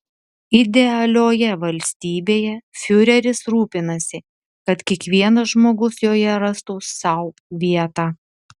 idealioje valstybėje fiureris rūpinasi kad kiekvienas žmogus joje rastų sau vietą